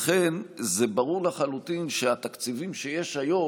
לכן ברור לחלוטין שהתקציבים שיש היום,